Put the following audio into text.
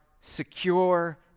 secure